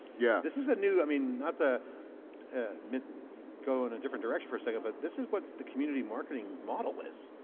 yeah this is ah new, i mean not ah to go in a different direction for a second but this is what the community marketing model is.